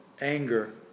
Anger